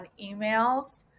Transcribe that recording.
emails